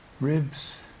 ribs